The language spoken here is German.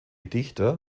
dichter